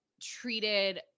treated